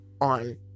on